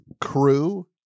crew